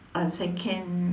uh second